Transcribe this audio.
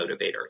motivator